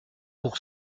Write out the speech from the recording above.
pour